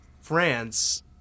France